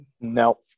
no